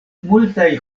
multaj